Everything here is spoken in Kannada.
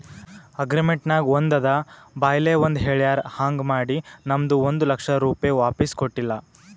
ಅಗ್ರಿಮೆಂಟ್ ನಾಗ್ ಒಂದ್ ಅದ ಬಾಯ್ಲೆ ಒಂದ್ ಹೆಳ್ಯಾರ್ ಹಾಂಗ್ ಮಾಡಿ ನಮ್ದು ಒಂದ್ ಲಕ್ಷ ರೂಪೆ ವಾಪಿಸ್ ಕೊಟ್ಟಿಲ್ಲ